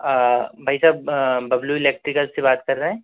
भाई साहब बबलू इलेक्ट्रिकल्ज़ से बात कर रहें हैं